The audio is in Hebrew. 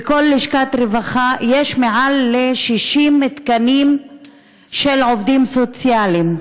בכל לשכת רווחה יש יותר מ-60 תקנים של עובדים סוציאלים.